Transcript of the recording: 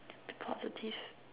positive